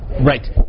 Right